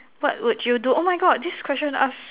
what would you do oh my God this question asked